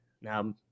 Now